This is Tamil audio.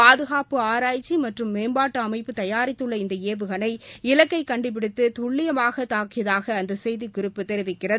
பாதுகாப்பு ஆராய்ச்சி மற்றும் மேம்பாட்டு அமைப்பு தயாரித்துள்ள இந்த ஏவுகணை இலக்கை கண்டுபிடித்து துல்லியமாக தாக்கியதாக அந்த செய்திக்குறிப்பு தெரிவிக்கிறது